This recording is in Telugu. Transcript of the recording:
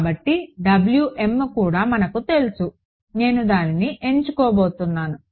కాబట్టి కూడా మనకు తెలుసు నేను దానిని ఎంచుకోబోతున్నాను